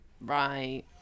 Right